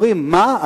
אומרים: מה,